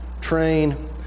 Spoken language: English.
train